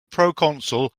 proconsul